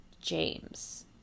James